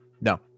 no